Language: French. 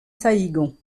saïgon